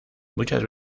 muchas